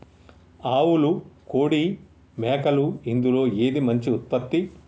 ఆవులు కోడి మేకలు ఇందులో ఏది మంచి ఉత్పత్తి?